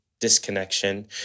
disconnection